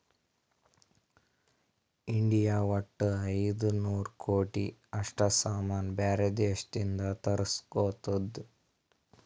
India ವಟ್ಟ ಐಯ್ದ ನೂರ್ ಕೋಟಿ ಅಷ್ಟ ಸಾಮಾನ್ ಬ್ಯಾರೆ ದೇಶದಿಂದ್ ತರುಸ್ಗೊತ್ತುದ್